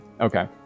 okay